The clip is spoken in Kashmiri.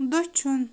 دٔچھُن